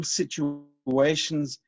situations